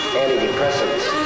antidepressants